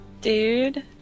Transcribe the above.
Dude